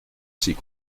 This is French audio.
s’y